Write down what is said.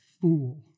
fool